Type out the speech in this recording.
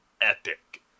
epic